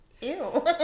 Ew